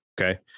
Okay